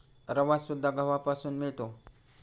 रवासुद्धा गव्हापासून मिळतो